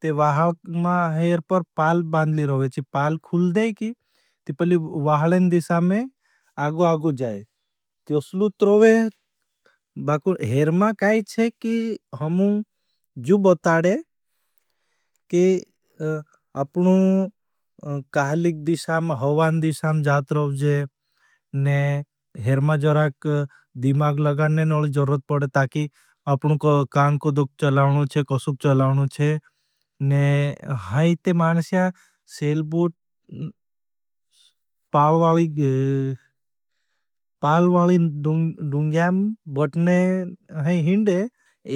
ते वहाल मां हेर पर पाल बांदली रोवेची, पाल खुल देखी। ते पहली वहालें दिशामें आग आ जाये, तोसली रोवे, बाकुन हेर मां काई चे की हमूं जू बताडे के अपनू काहलिक दिशाम। हवान दिशाम जात रोजे ने हेर मां जराक दिमाग लगाने ने अलग जरूरत पड़े, ताकि अपनू काँ कोड़ोग चलावनो चे, कसुग चलावनो चे। ने है इते मानस सेलबोट, पालवाली, पालवाली डुंग्याम, बटने हैं हिंदे,